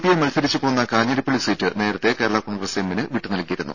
I മൽസരിച്ചു പോന്ന Kanjirappally seat നേരത്തേ കേരളാ കോൺഗ്രസ് എമ്മിന് വിട്ടു നൽകിയിരുന്നു